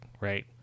right